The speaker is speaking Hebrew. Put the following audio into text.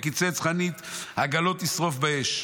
"וקצץ חנית עגלות ישרף באש.